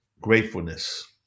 Gratefulness